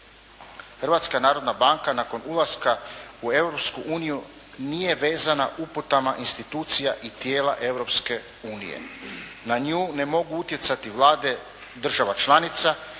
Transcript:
Hrvatska narodna banka nakon ulaska u Europsku uniju nije vezana uputama institucijama i tijela Europske unije. Na nju ne mogu utjecati vlade država članica,